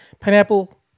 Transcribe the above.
pineapple